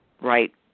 right